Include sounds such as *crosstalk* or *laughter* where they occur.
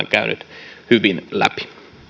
*unintelligible* käynyt hyvin läpi